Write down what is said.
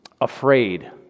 afraid